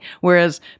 Whereas